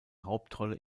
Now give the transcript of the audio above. hauptrolle